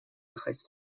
ехать